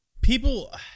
people